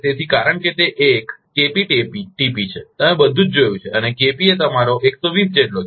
તેથી કારણ કે તે એક KPTp છે તમે બધુ જોયું છે અને કેપી એ તમારો 120 જેટલો છે